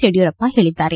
ಯಡಿಯೂರಪ್ಪ ಹೇಳದ್ದಾರೆ